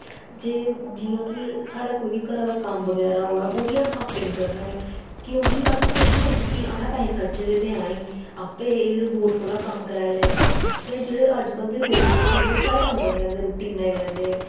ते जि'यां जे साढ़ा कोई बी घरा दा कम्म बगैरा होऐ ओह् बी अस आपूं नेईं करने होन्ने क्योंकि अस सोचने कि असें पैसे खर्चे ते ऐ गै ऐं आपूं एह्दे रबोट कोला कम्म कराई लैन्ने आं ते जेह्ड़े अजकल्ल दे रोबोट होंदे सारे कम्म करी लैंदे रुट्टी बनाई लैंदे